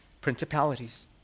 principalities